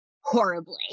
horribly